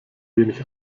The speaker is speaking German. wenig